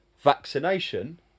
vaccination